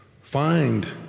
Find